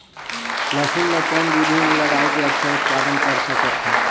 लसुन ल कौन विधि मे लगाय के अच्छा उत्पादन कर सकत हन?